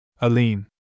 Aline